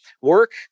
work